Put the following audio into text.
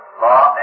law